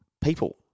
people